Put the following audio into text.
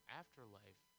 afterlife